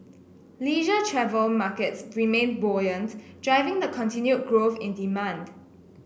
leisure travel markets remained buoyant driving the continued growth in demand